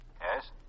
Yes